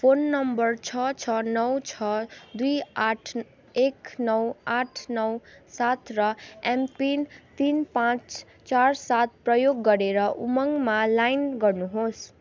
phone number छ छ नौ छ दुई आठ एक नौ आठ नौ सात र एमपिन तिन पाँच चार सात प्रयोग गरेर उमङ्गमा लाइन गर्नुहोस्